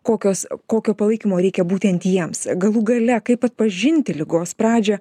kokios kokio palaikymo reikia būtent jiems galų gale kaip atpažinti ligos pradžią